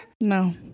No